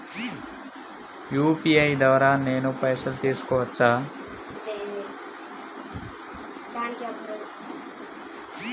UPI ద్వారా నేను పైసలు తీసుకోవచ్చా?